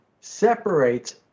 separates